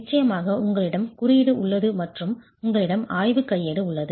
நிச்சயமாக உங்களிடம் குறியீடு உள்ளது மற்றும் உங்களிடம் ஆய்வு கையேடு உள்ளது